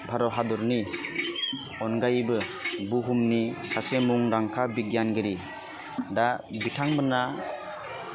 भारत हादरनि अनगायैबो बुहुमनि सासे मुंदांखा बिगियानगिरि दा बिथांमोना